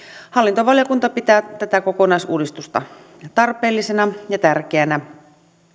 hallintovaliokunta pitää tätä kokonaisuudistusta tarpeellisena ja tärkeänä